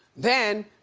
then,